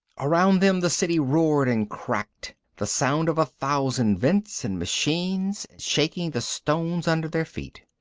around them the city roared and cracked, the sound of a thousand vents and machines, shaking the stones under their feet.